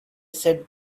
said